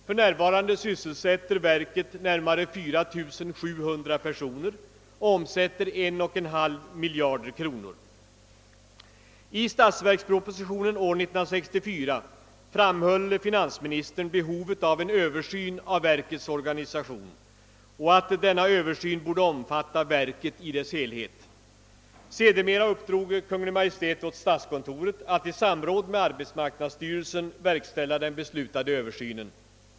För närvarande sysselsätter verket närmare 4700 personer och omsätter 1,5 miljard kronor. I statsverkspropositionen år 1964 framhöll finansministern behovet av en översyn av verkets organisation och att denna översyn borde omfatta verket i dess helhet. Sedermera uppdrog Kungl. Maj:t åt statskontoret att i samråd med arbetsmarknadsstyrelsen verkställa den beslutade översynen.